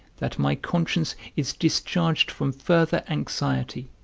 that my conscience is discharged from further anxiety,